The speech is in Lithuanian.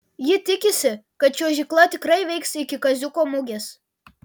ji tikisi kad čiuožykla tikrai veiks iki kaziuko mugės